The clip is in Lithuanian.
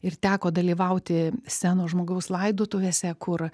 ir teko dalyvauti seno žmogaus laidotuvėse kur